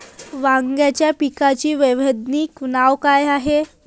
वांग्याच्या पिकाचं वैज्ञानिक नाव का हाये?